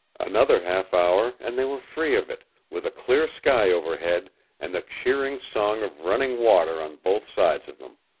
another half-hour and they were free of it, with a clear sky overhead and the cheering song of running water on both sides of them.